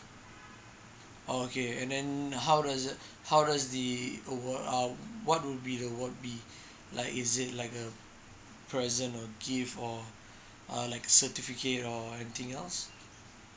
oh okay and then how does it how does the award uh what would be the award be like is it like a present or gift or err like certificate or anything else